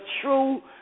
true